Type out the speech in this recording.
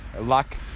Luck